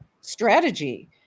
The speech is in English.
strategy